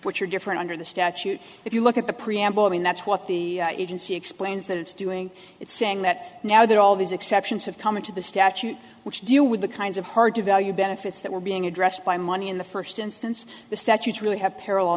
which are different under the statute if you look at the preamble i mean that's what the agency explains that it's doing it's saying that now there are all these exceptions have come into the statute which deal with the kinds of hard to value benefits that were being addressed by money in the first instance the statutes really have parallel